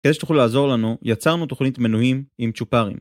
כדי שתוכלו לעזור לנו יצרנו תוכנית מנויים עם צ'ופרים